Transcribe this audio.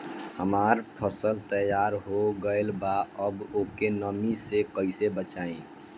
हमार फसल तैयार हो गएल बा अब ओके नमी से कइसे बचाई?